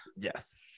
Yes